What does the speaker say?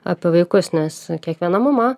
apie vaikus nes kiekviena mama